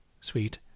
Sweet